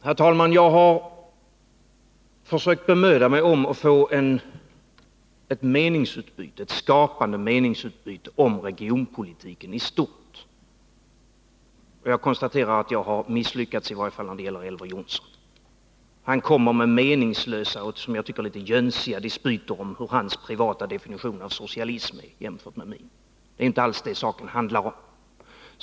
Herr talman! Jag har försökt bemöda mig om att få ett skapande meningsutbyte om regionalpolitiken i stort, och jag konstaterar att jag misslyckats i varje fall när det gäller Elver Jonsson. Han kommer med meningslösa och som jag tycker litet jönsiga dispyter om hur hans privata definition av socialism är jämfört med min. Det är inte alls detta saken handlar om.